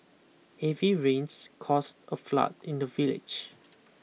heavy rains caused a flood in the village